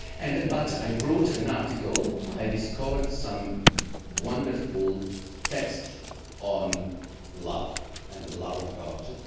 and but i brought an article i discovered some wonderful text on love and the love of god.